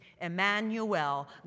Emmanuel